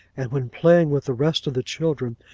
and when playing with the rest of the children,